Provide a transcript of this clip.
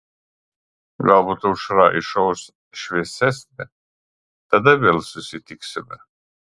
galbūt aušra išauš šviesesnė tada vėl susitiksime